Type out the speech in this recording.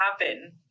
happen